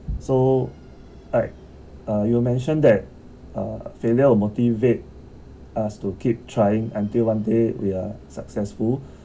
so like uh you mentioned that a failure will motivate us to keep trying until one day we're successful